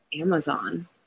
Amazon